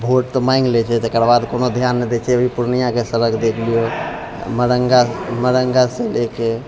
vote तऽ माङ्गि लै छै तकर बाद कोनो ध्यान नहि दै छै अभी पूर्णियाके सड़क देख लियौ मरङ्गा मरङ्गा सँ लए के